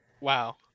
Wow